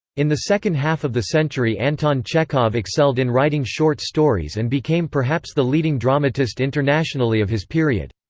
in the second half of the century anton chekhov excelled in writing short stories and became perhaps the leading dramatist internationally of his period.